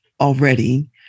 already